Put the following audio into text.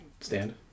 stand